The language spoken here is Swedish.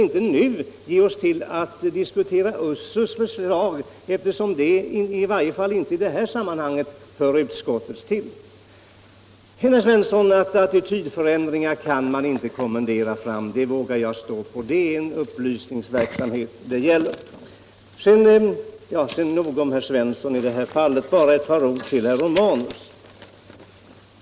Men vi kan inte här diskutera USSU:s förslag eftersom det i varje fall inte nu hör utskottet till. Jag vågar säga att attitydförändringar inte kan kommenderas fram, herr Svensson. Det gäller att påverka genom upplysningsverksamhet. Nr 39 Jag vill sedan säga ett par ord till herr Romanus.